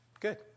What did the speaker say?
Good